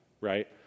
right